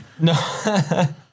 No